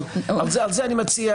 אבל על זה אני מציע